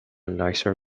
nicer